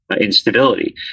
instability